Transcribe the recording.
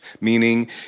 meaning